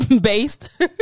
based